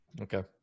Okay